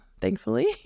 thankfully